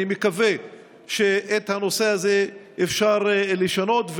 אני מקווה שאת הנושא הזה אפשר לשנות,